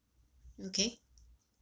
okay